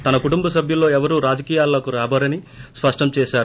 తన కుటుంబ సభ్యుల్లో ఎవరూ రాజకీయాల్లోకి రాబోరని స్పష్టం చేశారు